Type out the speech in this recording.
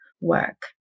work